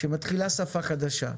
שמתחילה שפה חדשה.